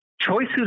choices